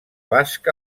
basc